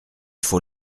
faut